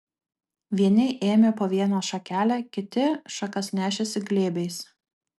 vieni ėmė po vieną šakelę kiti šakas nešėsi glėbiais